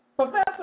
Professor